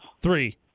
Three